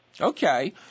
Okay